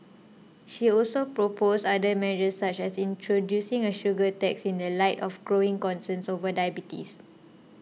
she also proposed other measures such as introducing a sugar tax in the light of growing concerns over diabetes